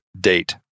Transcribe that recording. date